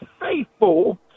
faithful